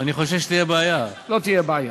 אני חושש שתהיה בעיה, לא תהיה בעיה.